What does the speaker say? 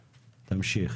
תמשיך.